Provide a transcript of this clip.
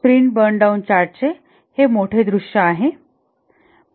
sprint burn down चार्टचे हे मोठे दृश्य आहे